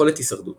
יכולת הישרדות